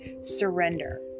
surrender